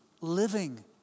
living